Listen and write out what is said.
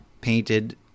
painted